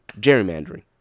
gerrymandering